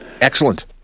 Excellent